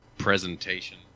presentation